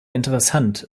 interessant